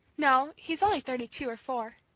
no, he's only thirty-two or four.